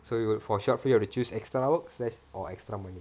so you will for short film have to choose extra work slash or extra money